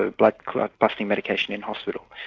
ah like clotbusting medication in hospital.